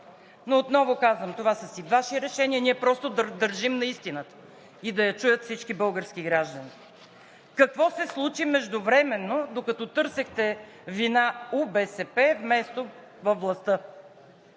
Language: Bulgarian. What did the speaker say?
Но отново казвам: това са си Ваши решения, ние просто държим на истината и да я чуят всички български граждани. Какво се случи междувременно, докато търсехте вина у БСП вместо във властта?